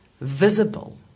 visible